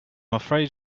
afraid